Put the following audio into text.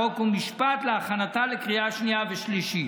חוק ומשפט להכנתה לקריאה שנייה ושלישית.